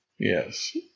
Yes